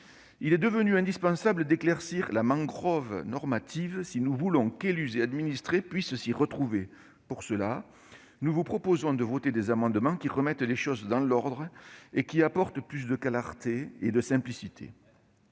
Il est devenu indispensable d'éclaircir la mangrove normative si nous voulons qu'élus et administrés puissent s'y retrouver. Pour cela, nous vous proposerons, mes chers collègues, de voter des amendements visant à remettre les choses dans l'ordre et à apporter davantage de clarté et de simplicité.